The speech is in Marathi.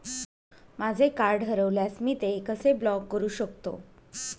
माझे कार्ड हरवल्यास मी ते कसे ब्लॉक करु शकतो?